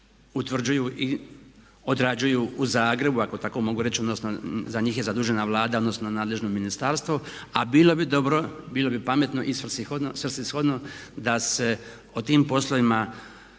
utvrđuju i odrađuju u Zagrebu ako tako mogu reći odnosno za njih je zadužena Vlada odnosno nadležno ministarstvo a bilo bi dobro, bilo bi pametno i svrsishodno da se o tim poslovima